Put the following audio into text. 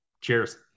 Cheers